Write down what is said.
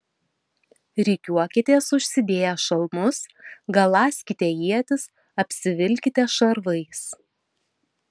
rikiuokitės užsidėję šalmus galąskite ietis apsivilkite šarvais